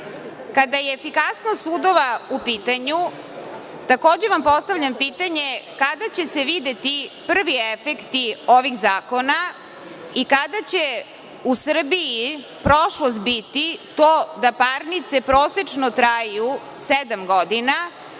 je efikasnost sudova u pitanju, takođe vam postavljam pitanje kada će se videti prvi efekti ovih zakona i kada će u Srbiji prošlost biti to da parnice prosečno traju sedam godina